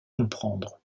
comprendre